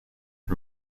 and